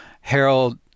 Harold